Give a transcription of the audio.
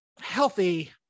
Healthy